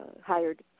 hired